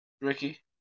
Ricky